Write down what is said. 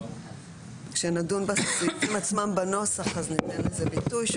כשנדון בסעיפים עצמם בנוסח, אז ניתן לזה ביטוי.